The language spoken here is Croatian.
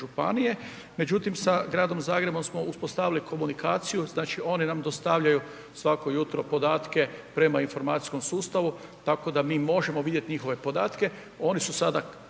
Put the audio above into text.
međutim s gradom Zagrebom smo uspostavili komunikaciju, znači oni nam dostavljaju svako jutro podatke prema informacijskom sustavu tako da mi možemo vidjeti njihove podatke,